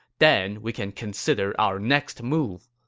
then we can consider our next move.